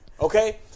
Okay